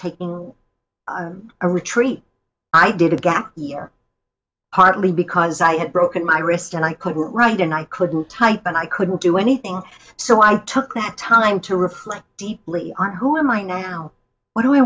taking a retreat i did a gap year partly because i had broken my wrist and i couldn't write and i couldn't type and i couldn't do anything so i took the time to reflect deeply on who am i now what do i